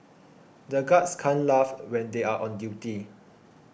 the guards can't laugh when they are on duty